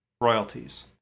royalties